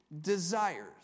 desires